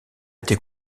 été